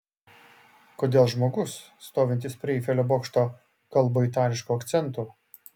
kodėl žmogus stovintis prie eifelio bokšto kalba itališku akcentu